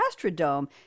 Astrodome